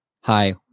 Hi